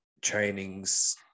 trainings